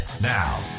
Now